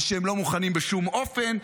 ושהם לא מוכנים בשום אופן,